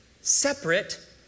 separate